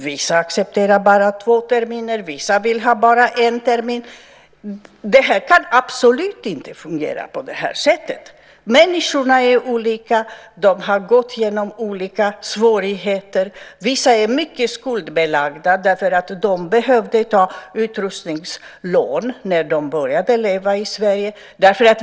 Vissa accepterar bara två terminer, och vissa vill ha bara en termin. Det kan absolut inte fungera på det här sättet. Människorna är olika. De har gått genom olika svårigheter. Vissa är mycket skuldbelagda därför att de behövde ta utrustningslån när de började leva i Sverige.